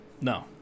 no